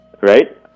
right